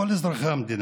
כל אזרחי המדינה.